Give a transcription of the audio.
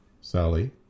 Sally